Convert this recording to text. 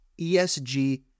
ESG